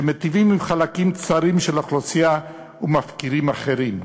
שמיטיבים עם חלקים צרים של האוכלוסייה ומפקירים אחרים.